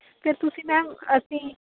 ਫਿਰ ਤੁਸੀਂ ਮੈਮ ਅਸੀਂ